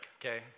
okay